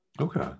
okay